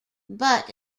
but